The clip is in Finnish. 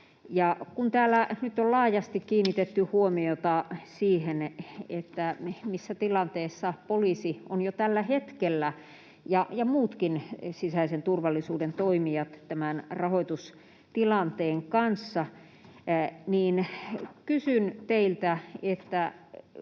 kun täällä nyt on laajasti kiinnitetty huomiota siihen, missä tilanteessa poliisi on jo tällä hetkellä, ja muutkin sisäisen turvallisuuden toimijat, tämän rahoitustilanteen kanssa, niin kysyn teiltä, että